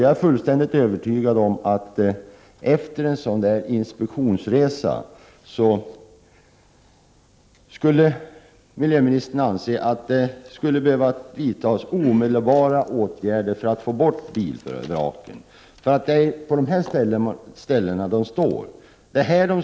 Jag är fullständigt övertygad om att miljöministern efter en sådan inspektionsresa skulle anse att det behövs omedelbara åtgärder för att få bort bilvraken. Bilvraken står utmed skogsbilvägarna och läcker olja ut i naturen.